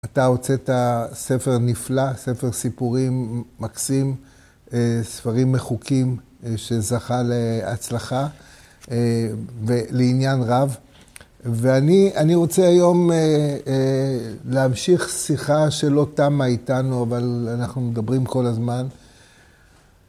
אתה הוצאת ספר נפלא, ספר סיפורים מקסים, ספרים מחוקים שזכה להצלחה ולעניין רב. ואני, אמי רוצה היום להמשיך שיחה שלא תמה איתנו, אבל אנחנו מדברים כל הזמן.